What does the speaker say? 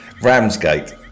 Ramsgate